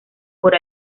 por